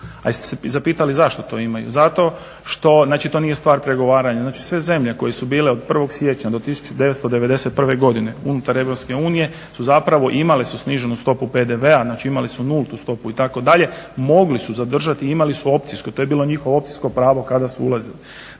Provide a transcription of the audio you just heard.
A jeste se zapitali zašto to imaju, zato što, znači to nije stvar pregovaranja, znači sve zemlje koje su bile od 1.siječnja 1991. godine unutar Europske unije su zapravo imale sniženu stopu PDV-a, znači imale su nultu stopu itd., mogle su zadržati i to je bilo njihovo opcijsko pravo kada su ulazili.